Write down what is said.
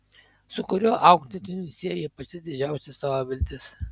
su kuriuo auklėtiniu sieji pačias didžiausias savo viltis